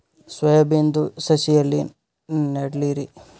Soya ಬಿನದು ಸಸಿ ಎಲ್ಲಿ ನೆಡಲಿರಿ?